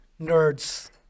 nerds